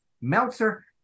Meltzer